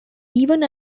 even